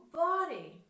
body